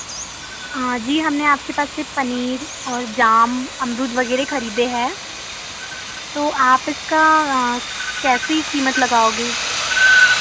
जी हमने आपके पास से पनीर और जाम अमरुद वगैरह खरीदे हैं तो आप इसका कैसे कीमत लगाओगे